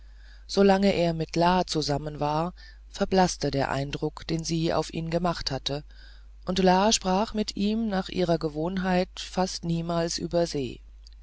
solange er mit la zusammen war verblaßte der eindruck den sie auf ihn gemacht hatte und la sprach mit ihm nach ihrer gewohnheit fast niemals über se